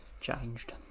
Changed